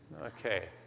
Okay